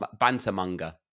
bantermonger